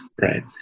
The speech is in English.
right